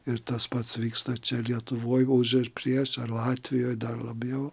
ir tas pats vyksta čia lietuvoj už prieš ar latvijoj dar labiau